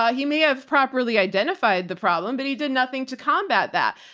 ah he may have properly identified the problem, but he did nothing to combat that.